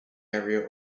area